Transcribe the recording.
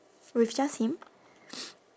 with just him